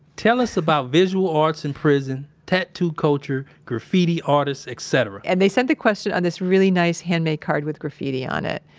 tell us about visual arts in prison tattoo culture, graffiti artists, et cetera. and they sent the question on this really nice handmade card with graffiti on it.